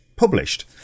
published